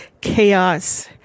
chaos